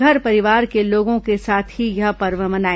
घर परिवार के लोगों के साथ ही यह पर्व मनाएं